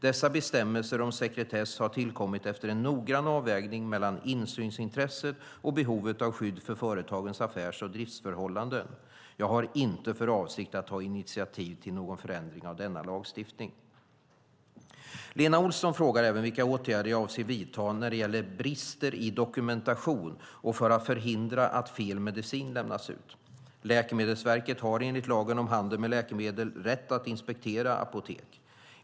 Dessa bestämmelser om sekretess har tillkommit efter en noggrann avvägning mellan insynsintresset och behovet av skydd för företagens affärs och driftsförhållanden. Jag har inte för avsikt att ta initiativ till någon förändring av denna lagstiftning. Lena Olsson frågar även vilka åtgärder jag avser att vidta när det gäller brister i dokumentation och för att förhindra att fel medicin lämnas ut. Läkemedelsverket har enligt lagen om handel med läkemedel rätt att inspektera apotek.